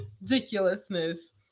Ridiculousness